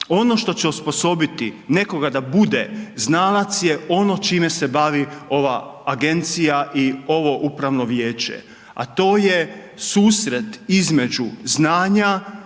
Ono što će osposobiti nekog da bude znalac je ono čime se bavi ova agencija i ovo upravno vijeće a to je susret između znanja